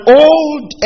old